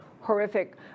horrific